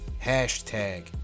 hashtag